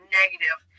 negative